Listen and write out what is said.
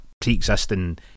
pre-existing